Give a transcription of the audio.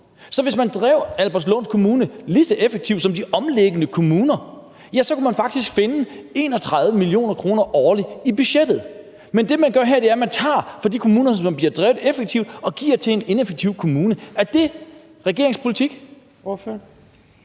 Så hvis man drev Albertslund Kommune lige så effektivt som de omkringliggende kommuner, kunne man faktisk finde 31 mio. kr. årligt i budgettet. Men det, man gør her, er, at man tager fra de kommuner, som bliver drevet effektivt, og giver til en ineffektiv kommune. Er det regeringens politik?